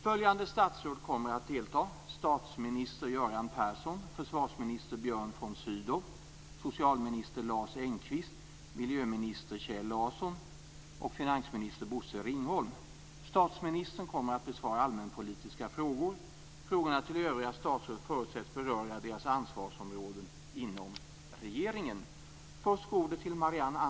Följande statsråd kommer att delta: statsminister Göran Persson, försvarsminister Björn von Statsministern kommer att besvara allmänpolitiska frågor. Frågorna till övriga statsråd förutsätts beröra deras ansvarsområden inom regeringen.